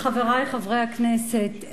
חברי חברי הכנסת,